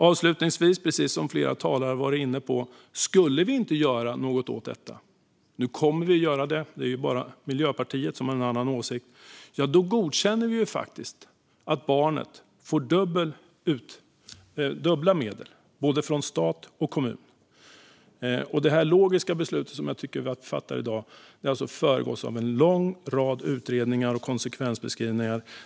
Avslutningsvis, precis som flera talare har varit inne på: Om vi inte skulle göra något åt detta - nu kommer vi att göra det, för det är bara Miljöpartiet som har en annan åsikt - skulle vi faktiskt godkänna att barnet får dubbla medel, både från stat och från kommun. Det i mitt tycke logiska beslut som vi fattar i dag har alltså föregåtts av en lång rad utredningar och konsekvensbeskrivningar.